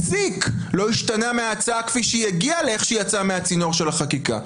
פסיק לא השתנה מההצעה כפי שהיא הגיעה לאיך שהיא יצאה מהצינור של החקיקה.